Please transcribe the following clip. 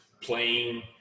playing